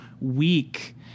weak